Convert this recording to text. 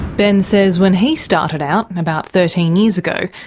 ben says when he started out about thirteen years ago,